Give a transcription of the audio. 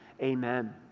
amen